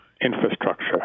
infrastructure